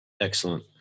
Excellent